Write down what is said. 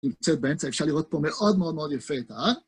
נמצאת באמצע, אפשר לראות פה מאד מאד מאד יפה, אה?